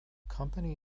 company